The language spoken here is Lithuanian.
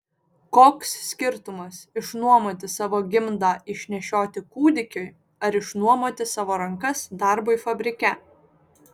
koks skirtumas išnuomoti savo gimdą išnešioti kūdikiui ar išnuomoti savo rankas darbui fabrike